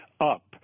up